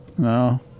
No